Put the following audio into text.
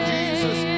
Jesus